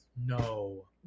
No